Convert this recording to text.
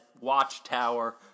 watchtower